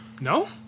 No